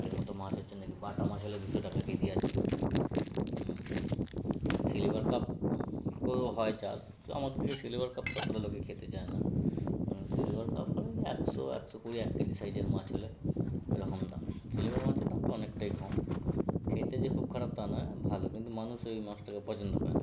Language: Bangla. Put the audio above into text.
আগের মতো মাছ হচ্ছে নাকি বাটা মাছ হলে দুশো টাকা কেজি আছে সিলভার কাপ ও হয় চাষ আমাদের এদিকে সিলভার কাপ অতটা লোকে খেতে চায় না সিলভার কাপ ওই একশো একশো কুড়ি এক কেজি সাইজের মাছ হলে এরকম দাম সিলভার মাছের দামটা অনেকটাই কম খেতে যে খুব খারাপ তা নয় ভালো কিন্তু মানুষ ওই মাছটাকে পছন্দ করে না